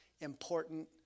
Important